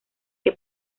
que